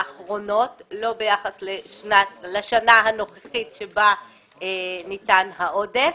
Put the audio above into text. האחרונות, לא ביחס לשנה הנוכחית שבה ניתן העודף.